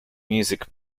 music